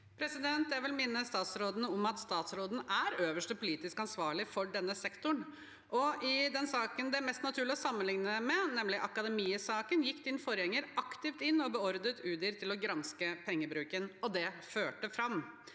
Jeg vil minne om at statsråden er øverste politisk ansvarlige for denne sektoren. I den saken det er mest naturlig å sammenligne med, nemlig Akademiet-saken, gikk statsrådens forgjenger aktivt inn og beordret Udir til å granske pengebruken, og det førte fram.